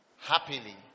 happily